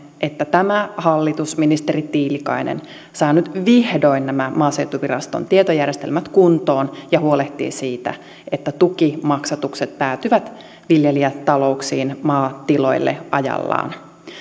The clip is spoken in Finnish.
että tämä hallitus ministeri tiilikainen saa nyt vihdoin nämä maaseutuviraston tietojärjestelmät kuntoon ja huolehtii siitä että tukimaksatukset päätyvät viljelijätalouksiin maatiloille ajallaan